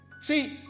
See